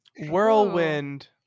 Whirlwind